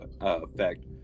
effect